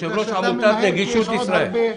יושב-ראש עמותת נגישות ישראל.